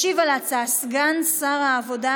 ישיב על ההצעה סגן שר העבודה,